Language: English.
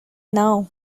now